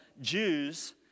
Jews